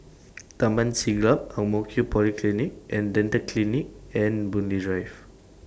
Taman Siglap Ang Mo Kio Polyclinic and Dental Clinic and Boon Lay Drive